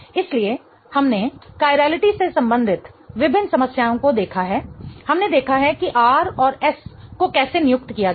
इसलिए हमने कायरलिटी से संबंधित विभिन्न समस्याओं को देखा है हमने देखा है कि R और S को कैसे नियुक्त किया जाए